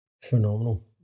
phenomenal